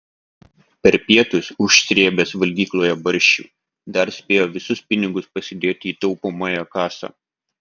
per pietus užsrėbęs valgykloje barščių dar spėjo visus pinigus pasidėti į taupomąją kasą